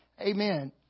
Amen